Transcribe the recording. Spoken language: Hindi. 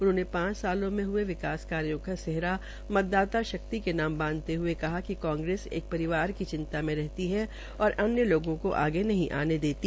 उन्होंने पांच सालों में हये विकास कार्यो का सेहरा मतदाता शक्ति के नाम बांधते हये कहा कि कांग्रेस एक परिवार की चिंता में रहती है और अन्य लोगों को आगे नहीं आने देती